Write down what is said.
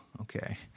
okay